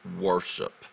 worship